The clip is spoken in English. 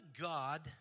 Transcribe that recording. God